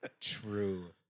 True